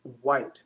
white